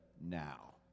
now